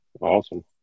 Awesome